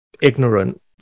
ignorant